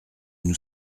nous